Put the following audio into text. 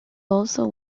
also